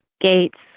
gates